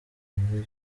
muri